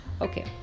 okay